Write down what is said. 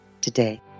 today